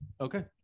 okay